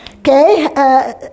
Okay